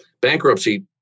bankruptcy